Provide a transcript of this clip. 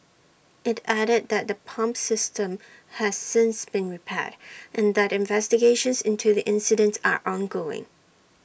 IT added that the pump system has since been repaired and that investigations into the incident are ongoing